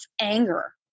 anger